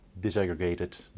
disaggregated